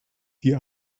die